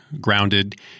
grounded